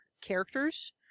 characters